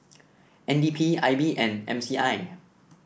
N D P I B and M C I